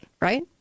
Right